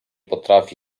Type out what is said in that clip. potrafi